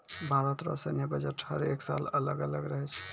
भारत रो सैन्य बजट हर एक साल अलग अलग रहै छै